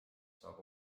saab